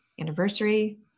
anniversary